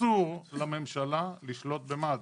אסור לממשלה לשלוט במד"א.